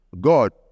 God